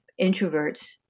introverts